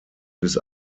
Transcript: bis